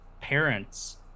parents